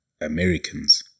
Americans